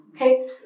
Okay